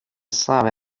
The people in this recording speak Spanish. sabe